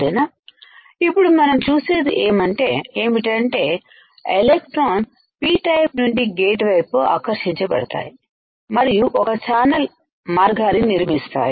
సరేనా ఇప్పుడు మనం చూసేది ఏమిటంటే ఎలెక్ట్రాన్స్ p టైపు నుండి గేటు వైపు ఆకర్షింపబడతాయి మరియు ఒక ఛానల్ మార్గాన్ని నిర్మిస్తాయి